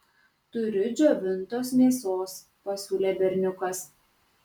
turiu džiovintos mėsos pasiūlė berniukas